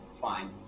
fine